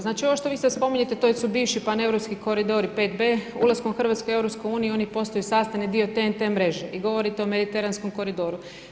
Znači, ovo što vi sad spominjete to su bivši paneuropski koridori, 5B, ulaskom Hrvatske u EU oni postaju sastavni dio TNT mreže i govorite o Mediteranskom koridoru.